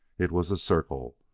it was a circle,